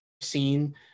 seen